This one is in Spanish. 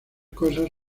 cosas